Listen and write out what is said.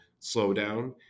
slowdown